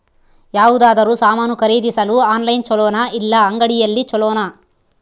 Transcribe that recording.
ಯಾವುದಾದರೂ ಸಾಮಾನು ಖರೇದಿಸಲು ಆನ್ಲೈನ್ ಛೊಲೊನಾ ಇಲ್ಲ ಅಂಗಡಿಯಲ್ಲಿ ಛೊಲೊನಾ?